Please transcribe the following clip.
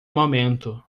momento